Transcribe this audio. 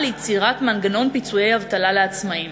ליצירת מנגנון פיצויי אבטלה לעצמאים.